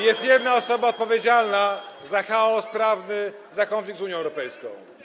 Jest jedna osoba odpowiedzialna za chaos prawny, za konflikt z Unią Europejską.